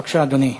בבקשה, אדוני.